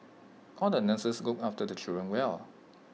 all the nurses look after the children well